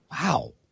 Wow